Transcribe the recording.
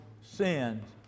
sins